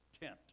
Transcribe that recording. tent